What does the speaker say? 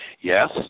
Yes